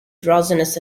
drowsiness